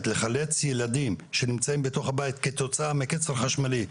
לחלץ ילדים שנמצאים בתוך הבית כתוצאה מקצר חשמלי,